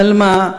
אבל מה,